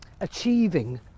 achieving